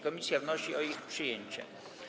Komisja wnosi o ich przyjęcie.